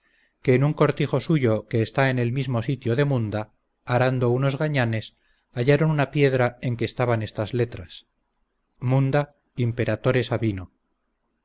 que en un cortijo suyo que está en el mismo sitio de munda arando unos gañanes hallaron una piedra en que estaban estas letras munda imperatore sabino